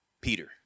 Peter